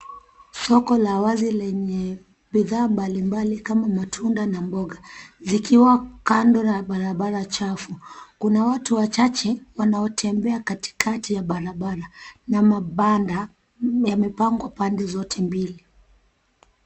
Soko la wazi lenye bidhaa mbali mbali kama matunda na mboga, zikiwa kando na barabara chafu. Kuna watu wachache wanaotembea katikati ya barabara, na mabanda yamepangwa pande zote mbili.